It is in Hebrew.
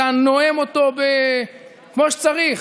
אתה נואם אותו כמו שצריך,